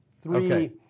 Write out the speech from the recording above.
three